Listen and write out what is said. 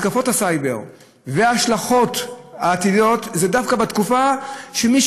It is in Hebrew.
התקפות הסייבר וההשלכות העתידיות הן דווקא בתקופה מאז